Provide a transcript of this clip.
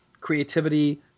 creativity